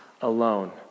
alone